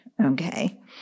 okay